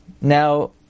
Now